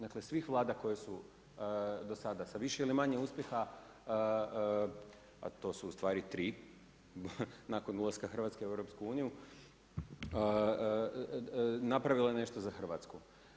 Dakle, svih vlada koje su do sada, sa više ili manje uspjeha, a to su u stvari 3 nakon ulaska Hrvatske u EU napravile nešto za Hrvatsku.